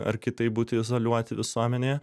ar kitaip būti izoliuoti visuomenėje